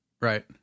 right